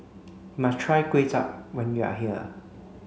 must try Kuay Chap when you are here